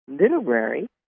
literary